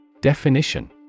Definition